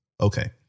Okay